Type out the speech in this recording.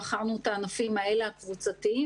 בחרנו את הענפים הקבוצתיים האלה,